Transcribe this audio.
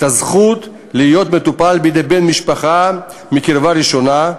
הזכות להיות מטופל בידי בן-משפחה מקרבה ראשונה,